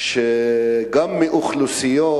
גם באוכלוסיות,